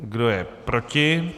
Kdo je proti?